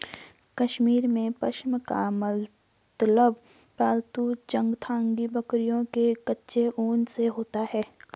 कश्मीर में, पश्म का मतलब पालतू चंगथांगी बकरियों के कच्चे ऊन से होता है